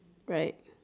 right